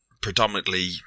predominantly